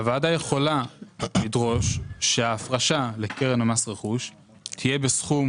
הוועדה יכולה לדרוש שההפרשה לקרן מס הרכוש תהיה בסכום